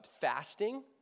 Fasting